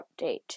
update